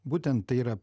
būtent tai yra